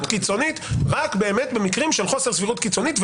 קיצונית רק במקרים של חוסר סבירות קיצונית,